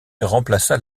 remplaça